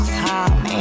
time